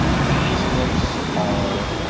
these books are